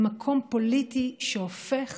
למקום פוליטי שהופך